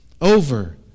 over